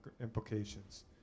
implications